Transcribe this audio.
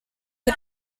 the